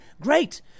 great